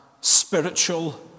spiritual